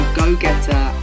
go-getter